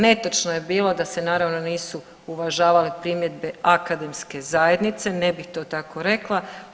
Netočno je bilo da se naravno nisu uvažavale primjedbe akademske zajednice, ne bih to tako rekla.